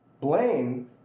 Blaine